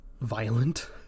violent